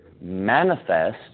manifest